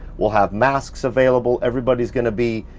we'll have masks available. everybody's gonna be